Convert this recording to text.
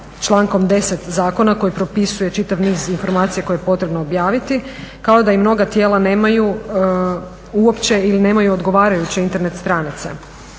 člankom 10. Zakona koji propisuje čitav niz informacija koje je potrebno objaviti, kao da i mnoga tijela nemaju uopće ili nemaju odgovarajuće internet stranice.